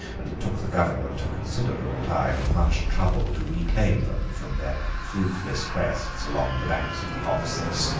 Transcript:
and it took the government a considerable time and much trouble to reclaim them from their fruitless quests along the banks of the oxus,